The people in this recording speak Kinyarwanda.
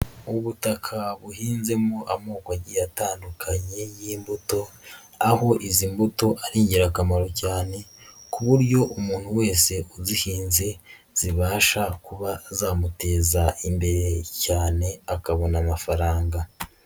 Ubutaka buhinzemo amoko atandukanye y'imbuto, aho izi mbuto ari ingirakamaro cyane ku buryo umuntu wese uzihinze zibasha kuba zamuteza imbere cyane akabona amafaranga.